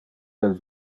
del